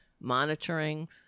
monitoring